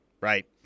right